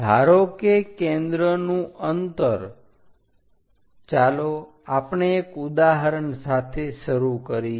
ધારો કે કેન્દ્રનું અંતર ચાલો આપણે એક ઉદાહરણ સાથે શરૂ કરીએ